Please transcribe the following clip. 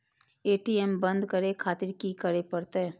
ATM बंद करें खातिर की करें परतें?